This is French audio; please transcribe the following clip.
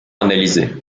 analysée